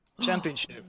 championship